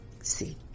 see